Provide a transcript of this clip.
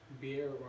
Beer